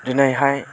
दिनैहाय